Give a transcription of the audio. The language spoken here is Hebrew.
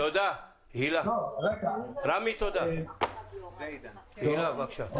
חברת הכנסת הילה שי וזאן, בבקשה.